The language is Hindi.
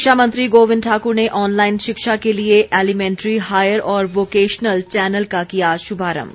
शिक्षा मंत्री गोविंद ठाकुर ने ऑनलाईन शिक्षा के लिए ऐलीमैन्ट्री हायर और वोकेशनल चैनल का किया शुभारम्भ